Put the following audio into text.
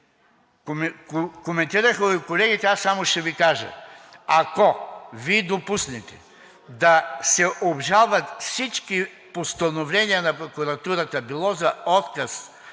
Коментираха го колегите, аз само ще Ви кажа – ако Вие допуснете да се обжалват всички постановления на прокуратурата – било за отказ